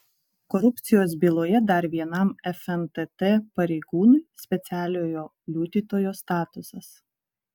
korupcijos byloje dar vienam fntt pareigūnui specialiojo liudytojo statusas